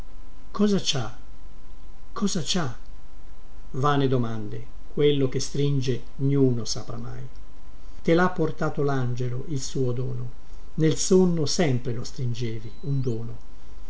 ci ha cosa ci ha vane domande quello che stringe niuno saprà mai te lha portato langelo il suo dono nel sonno sempre lo stringevi un dono